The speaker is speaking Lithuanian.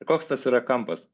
koks tas yra kampas